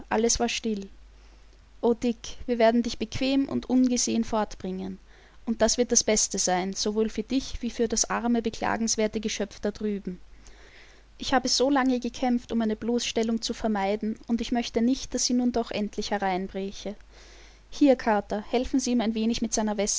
alles war still o dick wir werden dich bequem und ungesehen fortbringen und das wird das beste sein sowohl für dich wie für das arme beklagenswerte geschöpf da drüben ich habe so lange gekämpft um eine bloßstellung zu vermeiden und ich möchte nicht daß sie nun doch endlich hereinbräche hier carter helfen sie ihm ein wenig mit